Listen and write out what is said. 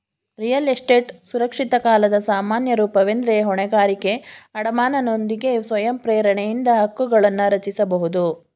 real estate ಸುರಕ್ಷಿತ ಕಾಲದ ಸಾಮಾನ್ಯ ರೂಪವೆಂದ್ರೆ ಹೊಣೆಗಾರಿಕೆ ಅಡಮಾನನೊಂದಿಗೆ ಸ್ವಯಂ ಪ್ರೇರಣೆಯಿಂದ ಹಕ್ಕುಗಳನ್ನರಚಿಸಬಹುದು